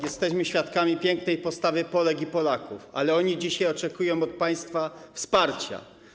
Jesteśmy świadkami pięknej postawy Polek i Polaków, ale oni dzisiaj oczekują od państwa wsparcia.